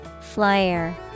Flyer